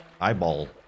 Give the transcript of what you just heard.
eyeball